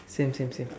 same same same